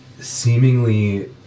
Seemingly